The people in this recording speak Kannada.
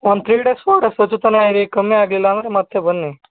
ಒಂದು ಥ್ರೀ ಡೇಸ್ ಫೋರ್ ಡೇಸ್ ಹಚ್ತಾನೆ ಇರಿ ಕಮ್ಮಿ ಆಗಲಿಲ್ಲ ಅಂದರೆ ಮತ್ತೆ ಬನ್ನಿ